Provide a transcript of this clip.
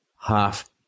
half